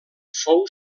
fou